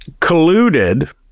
colluded